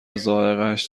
ذائقهاش